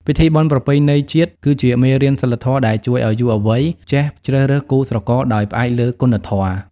ពិធីបុណ្យប្រពៃណីជាតិគឺជា "មេរៀនសីលធម៌" ដែលជួយឱ្យយុវវ័យចេះជ្រើសរើសគូស្រករដោយផ្អែកលើគុណធម៌។